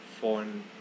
phone